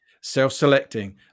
Self-selecting